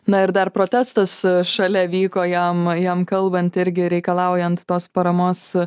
na ir dar protestas šalia vyko jam jam kalbant irgi reikalaujant tos paramos